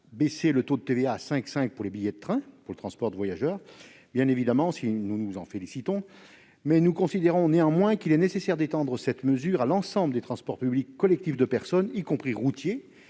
abaisser le taux de TVA à 5,5 % sur les billets de train pour le transport de voyageurs. Bien évidemment, nous nous en félicitons, mais nous considérons néanmoins qu'il est nécessaire d'étendre cette mesure à l'ensemble des transports publics collectifs de personnes, y compris routiers